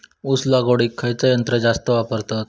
ऊस लावडीक खयचा यंत्र जास्त वापरतत?